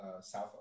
south